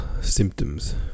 symptoms